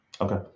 Okay